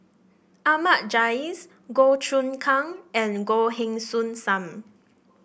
Ahmad Jais Goh Choon Kang and Goh Heng Soon Sam